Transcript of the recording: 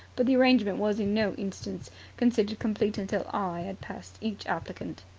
but the arrangement was in no instance considered complete until i had passed each applicant.